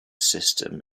system